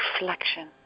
reflection